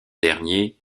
dernier